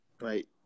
right